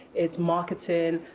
it's marketing,